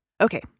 Okay